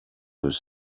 was